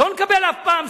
לא נקבל אף פעם סעד.